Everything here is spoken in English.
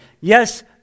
Yes